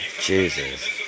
Jesus